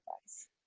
advice